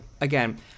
again